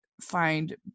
find